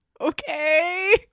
Okay